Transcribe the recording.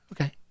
okay